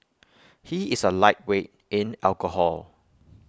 he is A lightweight in alcohol